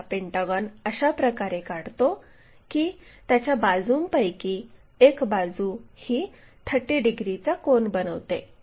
आपण हा पेंटागॉन अशा प्रकारे काढतो की त्याच्या बाजूंपैकी एक बाजू ही 30 डिग्रीचा कोन बनवते